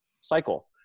cycle